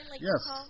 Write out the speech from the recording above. Yes